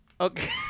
Okay